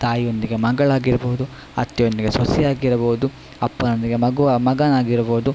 ತಾಯಿಯೊಂದಿಗೆ ಮಗಳಾಗಿರಬಹುದು ಅತ್ತೆಯೊಂದಿಗೆ ಸೊಸೆಯಾಗಿ ಇರಬಹುದು ಅಪ್ಪನೊಂದಿಗೆ ಮಗುವಾ ಮಗನಾಗಿ ಇರಬಹುದು